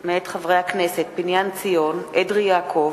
/ 31 חוברת ל"א ישיבה קמ"ג